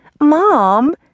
Mom